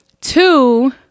two